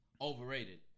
overrated